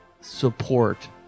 support